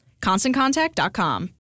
ConstantContact.com